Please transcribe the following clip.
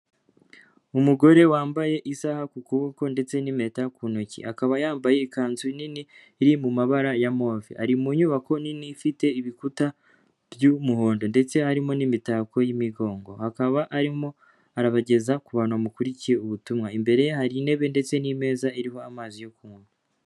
Umugore wambaye isaaha ku kuboko ndetse n'impeta ku ntoki, akaba yambaye ikanzu nini iri mu mabara ya move, ari mu nyubako nini ifite ibikuta by'umuhondo ndetse harimo n'imitako y'imigongo, akaba arimo arabageza ku bantu bamukurikiye ubutumwa, imbere ye hari intebe ndetse n'imeza iriho amazi yo kunywa.